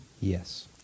Yes